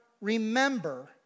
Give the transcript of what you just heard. remember